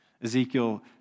Ezekiel